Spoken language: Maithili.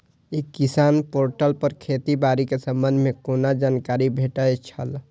ई किसान पोर्टल पर खेती बाड़ी के संबंध में कोना जानकारी भेटय छल?